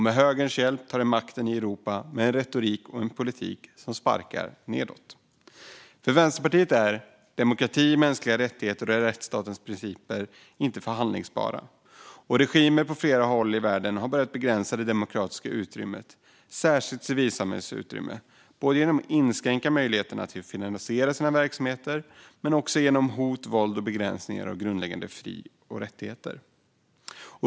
Med högerns hjälp tar de makten i Europa med en retorik och en politik som sparkar nedåt. För Vänsterpartiet är demokrati, mänskliga rättigheter och rättsstatens principer inte förhandlingsbara. Regimer på flera håll i världen har börjat att begränsa det demokratiska utrymmet - särskilt civilsamhällets utrymme - både genom att inskränka möjligheterna att finansiera verksamheter och genom hot, våld och begränsningar av grundläggande fri och rättigheter.